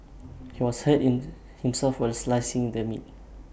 he was hurt in himself while slicing the meat